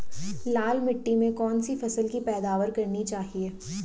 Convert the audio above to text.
लाल मिट्टी में कौन सी फसल की पैदावार करनी चाहिए?